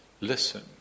listen